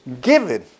given